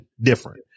different